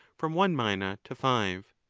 from one mina to five.